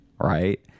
right